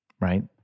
right